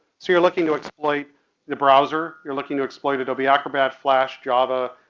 so you're looking to exploit the browser, you're looking to exploit adobe acrobat, flash, java,